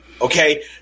Okay